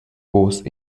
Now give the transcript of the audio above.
cause